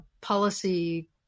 policy